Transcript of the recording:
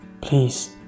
Please